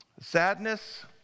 Sadness